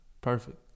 Perfect